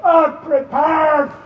unprepared